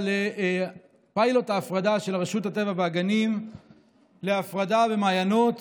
פיילוט של רשות הטבע והגנים להפרדה במעיינות,